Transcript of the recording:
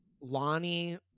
Lonnie